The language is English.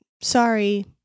sorry